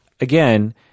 again